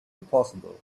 impossible